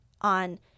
on